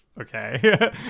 okay